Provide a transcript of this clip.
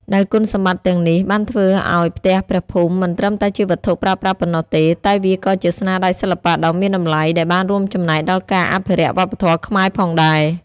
ដែលគុណសម្បត្តិទាំងនេះបានធ្វើឱ្យផ្ទះព្រះភូមិមិនត្រឹមតែជាវត្ថុប្រើប្រាស់ប៉ុណ្ណោះទេ តែវាក៏ជាស្នាដៃសិល្បៈដ៏មានតម្លៃដែលបានរួមចំណែកដល់ការអភិរក្សវប្បធម៌ខ្មែរផងដែរ។